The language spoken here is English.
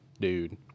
dude